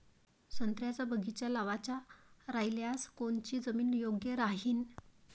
संत्र्याचा बगीचा लावायचा रायल्यास कोनची जमीन योग्य राहीन?